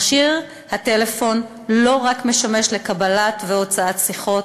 מכשיר הטלפון לא רק משמש לקבלת והוצאת שיחות,